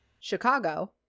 Chicago